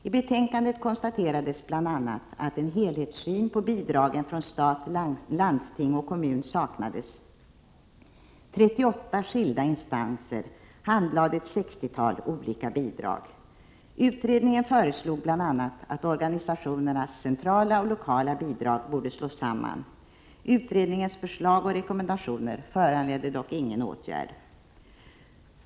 I betänkandet konstaterades bl.a. att en helhetssyn på bidragen från stat, landsting och kommun saknades: 38 skilda instanser handlade ett sextiotal olika bidrag. Utredningen föreslog bl.a. att organisationernas centrala och lokala bidrag borde slås samman. Utredningens förslag och rekommendationer föranledde dock ingen åtgärd.